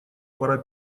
пора